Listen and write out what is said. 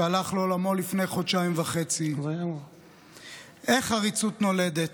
שהלך לעולמו לפני חודשיים וחצי: איך עריצות נולדת?